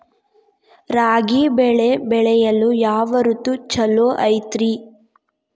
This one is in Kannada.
ರಾಗಿ ಬೆಳೆ ಬೆಳೆಯಲು ಯಾವ ಋತು ಛಲೋ ಐತ್ರಿ?